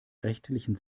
rechtlichen